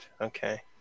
Okay